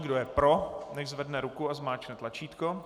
Kdo je pro, nechť zvedne ruku a zmáčkne tlačítko.